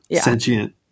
sentient